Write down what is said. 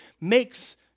makes